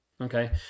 Okay